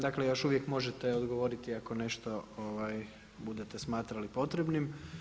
Dakle još uvijek možete odgovoriti ako nešto budete smatrali potrebnim.